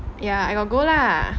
ya I got go lah